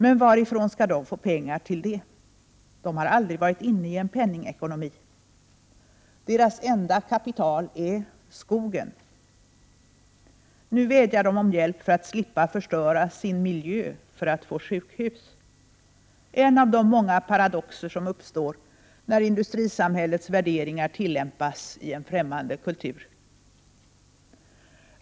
Men varifrån skall den få pengar till det? Den har aldrig varit inne i en penningekonomi. Dess enda kapital är skogen. Nu vädjar man om hjälp för att slippa förstöra sin miljö för att få sjukhus — en av de många paradoxer som uppstår när industrisamhällets värderingar tillämpas i en fträmmande kultur!